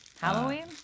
Halloween